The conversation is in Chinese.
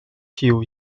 具有